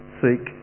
seek